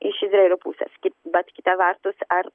iš izraelio pusės bet kita vertus ar